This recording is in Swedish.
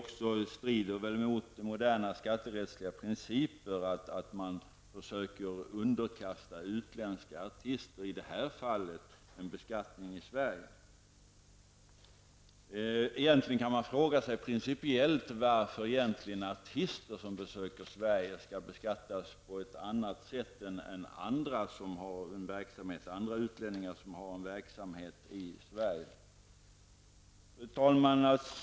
Det strider också mot moderna skatterättsliga principer att, som i det här fallet, försöka underkasta utländska artister en beskattning i Sverige. Principiellt kan man fråga sig varför egentligen artister som besöker Sverige skall beskattas på annat sätt än andra utlänningar som har en verksamhet i Sverige. Fru talman!